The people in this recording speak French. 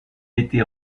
été